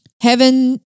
Heaven